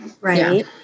right